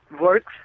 works